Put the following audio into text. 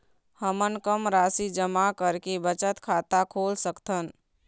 हमन कम राशि जमा करके बचत खाता खोल सकथन?